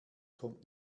kommt